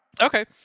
Okay